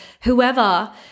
whoever